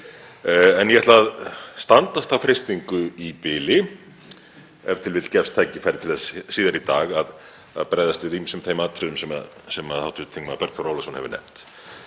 en ég ætla að standast þá freistingu í bili. Ef til vill gefst tækifæri til þess síðar í dag að bregðast við ýmsum þeim atriðum sem hv. þm. Bergþór Ólason hefur nefnt